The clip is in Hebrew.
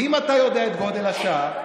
ואם אתה יודע את גודל השעה,